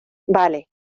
vale